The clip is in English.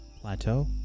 plateau